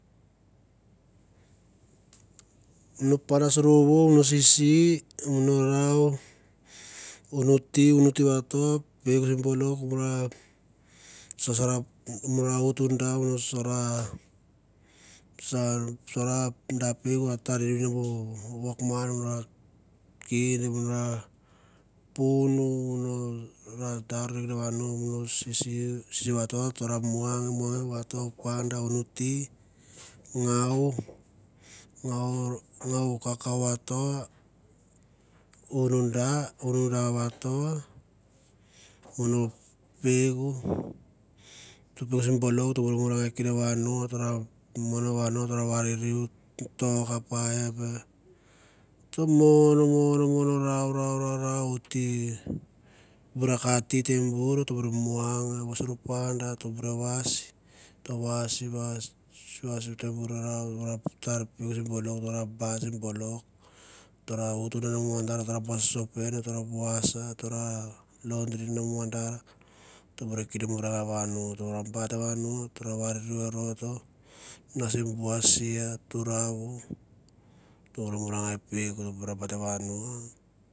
U no pana sorvovo u no sisi u no rau, unu tea unu tea vato, peuk simi bolok u ra sasaro uno ra utu da, uno sosoro saun sora da peuk ra tare se go wokman, kin o ra punu o no ra tar rak vano uno sisi, sisi vato, o ta ra muang muang vato, panda unu tea ngau, ngau kakau vato, unu da unuda vato, u no peuk simi bolok tem bor murangai ken i vano, tara mono vano tara variriu, toka paipe u ta mon mon mon rau rau rau u te bur ra kato tembur, u tembur muang o vo suru panda tembure vas o ta vas vas i vas tembur ra rau tar peuk sim bolok u ta ra utu nan bu mandar ngan sospen, tara vas tatr laundry nan bu mandar a u te bur kinde murangai vano, o tara bat vano, o tara variriu i roto nasi bua, sia turau u te bor murangau peuk ra bait vano